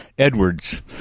Edwards